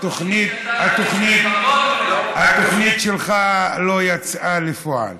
התוכנית שלך לא יצאה לפועל.